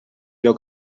allò